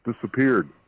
disappeared